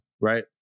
right